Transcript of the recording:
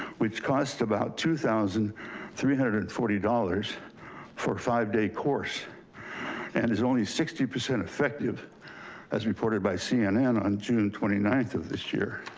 which cost about two thousand three hundred and forty dollars for a five day course and is only sixty percent effective as reported by cnn on june twenty ninth of this year.